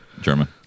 German